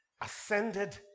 ascended